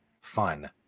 fun